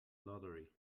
lottery